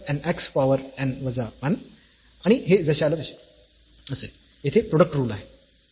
तर n x power n वजा 1 आणि हे जशास तसे असेल येथे प्रोडक्ट रुल आहे